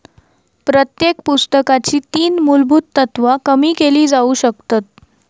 प्रत्येक पुस्तकाची तीन मुलभुत तत्त्वा कमी केली जाउ शकतत